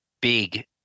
big